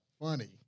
funny